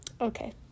Okay